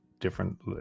different